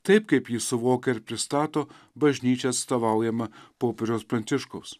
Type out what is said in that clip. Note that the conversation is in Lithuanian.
taip kaip jį suvokia ir pristato bažnyčia atstovaujama popiežiaus pranciškaus